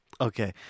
Okay